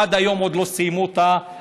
עד היום עוד לא סיימו את החקירות.